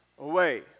away